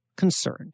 concerned